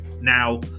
Now